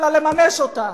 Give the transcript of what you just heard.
אלא לממש אותה,